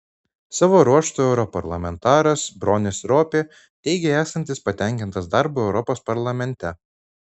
savo ruožtu europarlamentaras bronis ropė teigė esantis patenkintas darbu europos parlamente